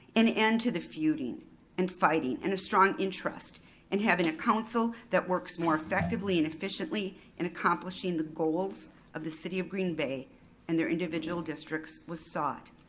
an end to the feuding and fighting and a strong interest and having a council that works more effectively and efficiently in accomplishing the goals of the city of green bay and their individual districts was sought.